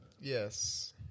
Yes